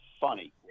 funny